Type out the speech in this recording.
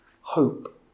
hope